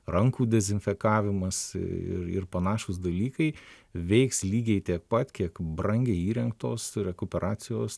rankų dezinfekavimas ir ir panašūs dalykai veiks lygiai tiek pat kiek brangiai įrengtos rekuperacijos